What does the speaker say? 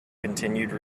continued